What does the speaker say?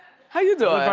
how you doin'?